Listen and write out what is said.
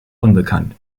unbekannt